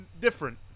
different